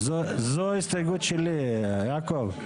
זו ההסתייגות שלי, יעקב.